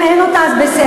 אם אין אז בסדר,